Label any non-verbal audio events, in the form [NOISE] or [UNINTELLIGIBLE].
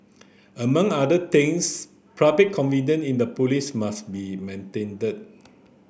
among other things [UNINTELLIGIBLE] confidence in the police must be maintained